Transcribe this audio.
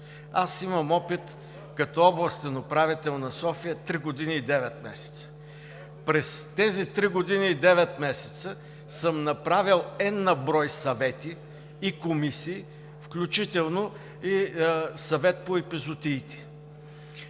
аз имам опит като областен управител на София три години и девет месеца. През тези три години и девет месеца съм направил n на брой съвети и комисии, включително и Съвет по епизоотиите.